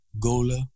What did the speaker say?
Gola